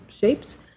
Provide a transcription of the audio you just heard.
shapes